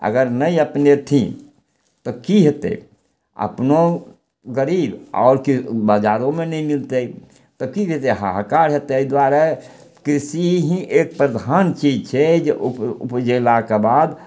अगर नहि अपनेथिन तऽ की हेतय अपनो गरीब आओर बजारोमे नहि मिलतै तब की हेतय हाहाकार हेतय अइ दुआरे कृषि ही एक प्रधान चीज छै जे उप उपजेलाके बाद